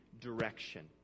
direction